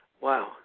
Wow